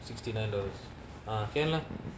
sixty nine dollars ah can lah